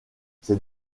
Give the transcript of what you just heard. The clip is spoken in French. ses